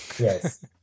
yes